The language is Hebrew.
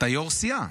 אתה יו"ר סיעה.